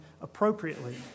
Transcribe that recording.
appropriately